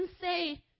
say